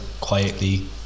quietly